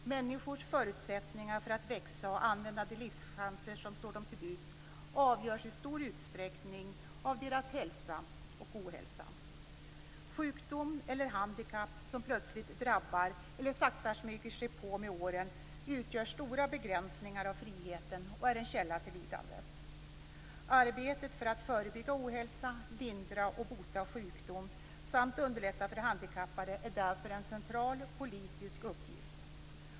Människors förutsättningar för att växa och använda de livschanser som står dem till buds avgörs i stor utsträckning av deras hälsa och ohälsa. Sjukdom eller handikapp som plötsligt drabbar eller sakta smyger sig på med åren, utgör stora begränsningar av friheten och är en källa till lidande. Arbetet för att förebygga ohälsa och lindra och bota sjukdom samt för att underlätta för handikappade är därför en central politisk uppgift.